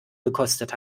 gekostet